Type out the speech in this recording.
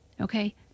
okay